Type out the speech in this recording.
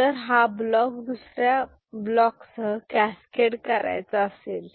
जर हा ब्लॉक दुसर्या ब्लॉकसह कॅसकेड करायचा असेल